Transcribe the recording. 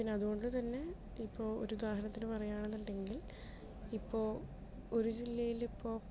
പിന്നെ അതു കൊണ്ടു തന്നെ ഇപ്പോൾ ഒരു ഉദാഹരണത്തിന് പറയാണ് എന്നുണ്ടെങ്കിൽ ഇപ്പോൾ ഒരു ജില്ലയിൽ ഇപ്പോൾ